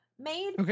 made